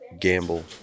gamble